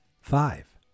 five